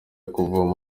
kuvoma